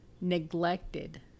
Neglected